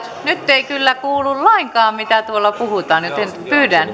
ei kyllä kuulu lainkaan mitä täällä puhutaan joten pyydän